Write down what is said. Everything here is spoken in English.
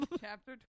Chapter